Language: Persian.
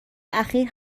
اخیر